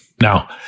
Now